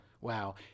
Wow